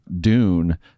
Dune